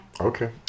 Okay